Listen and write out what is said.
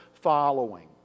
following